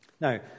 Now